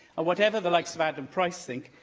whatever the likes of adam price think,